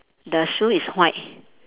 the shoe is white